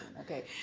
Okay